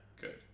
Good